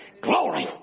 Glory